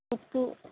ఉప్పు